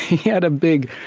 he had a big,